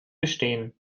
bestehen